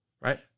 right